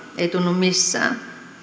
ei tunnu missään